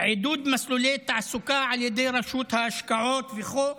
עידוד מסלולי תעסוקה על ידי רשות ההשקעות וכו'